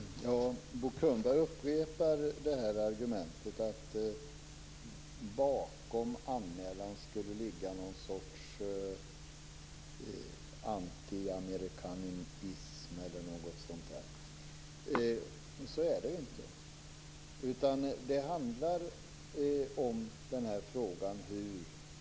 Herr talman! Bo Könberg upprepar argumentet att det bakom anmälan skulle ligga någon sorts antiamerikanism eller liknande. Så är det ju inte, utan frågan handlar om hur regeringen hävdar grundlagen.